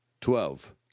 Twelve